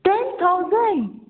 ten thousand